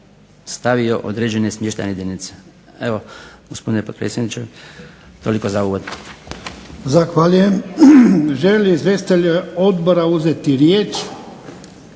stavio određene smještajne jedinice. Evo gospodine potpredsjedniče, toliko za uvod.